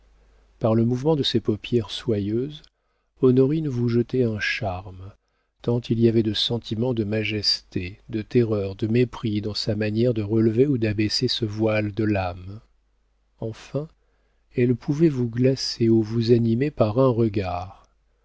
par le mouvement de ses paupières soyeuses honorine vous jetait un charme tant il y avait de sentiment de majesté de terreur de mépris dans sa manière de relever ou d'abaisser ce voile de l'âme enfin elle pouvait vous glacer ou vous animer par un regard